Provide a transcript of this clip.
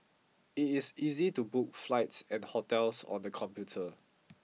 it is easy to book flights and hotels on the computer